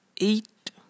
eight